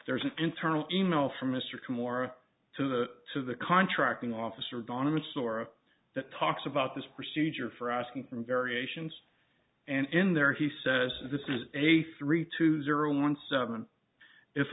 there's an internal e mail from mr camorra to the to the contracting officer don imus or that talks about this procedure for asking for variations and in there he says this is a three two zero one seven if